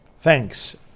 Thanks